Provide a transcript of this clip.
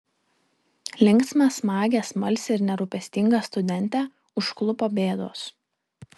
linksmą smagią smalsią ir nerūpestingą studentę užklupo bėdos